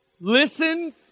Listen